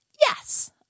Yes